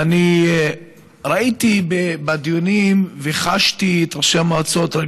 ואני הייתי בדיונים וחשתי את ראשי המועצות,